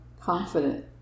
confident